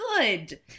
good